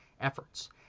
efforts